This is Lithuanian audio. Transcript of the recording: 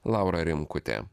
laura rimkutė